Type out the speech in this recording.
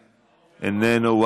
איננו,